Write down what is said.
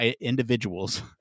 individuals